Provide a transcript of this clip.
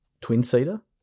twin-seater